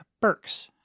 Burks